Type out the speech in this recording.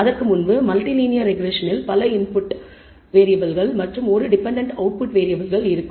அதற்கு முன்பு multi linear ரெஃரெஸ்ஸனில் பல இன்புட் வேறியபிள்கள் மற்றும் ஒரு டிபெண்டன்ட் அவுட்புட் வேறியபிள் இருக்கும்